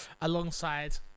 Alongside